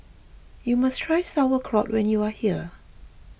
you must try Sauerkraut when you are here